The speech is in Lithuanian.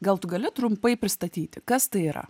gal tu gali trumpai pristatyti kas tai yra